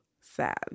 sad